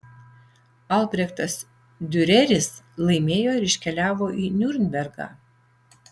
albrechtas diureris laimėjo ir iškeliavo į niurnbergą